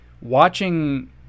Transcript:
watching